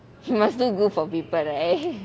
you must do good for people right